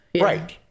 Right